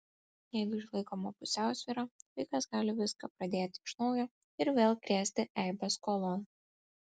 jeigu išlaikoma pusiausvyra vaikas gali viską pradėti iš naujo ir vėl krėsti eibes skolon